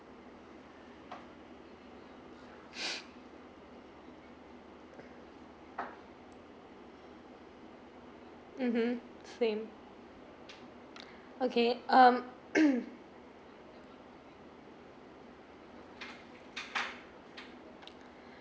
mmhmm same okay um